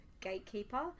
gatekeeper